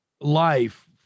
life